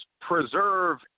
preserve